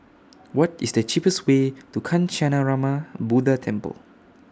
What IS The cheapest Way to Kancanarama Buddha Temple